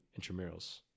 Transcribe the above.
intramurals